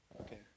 Okay